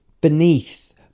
beneath